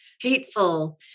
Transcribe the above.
hateful